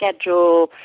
schedule